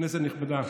כנסת נכבדה,